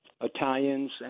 Italians